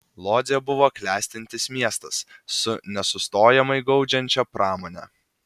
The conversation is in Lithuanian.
lodzė buvo klestintis miestas su nesustojamai gaudžiančia pramone